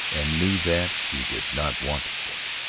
and knew that he did not want to quit.